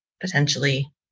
potentially